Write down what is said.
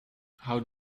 how